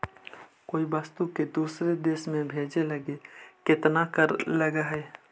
कोई वस्तु के दूसर देश में भेजे लगी केतना कर लगऽ हइ?